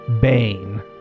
Bane